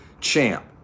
Champ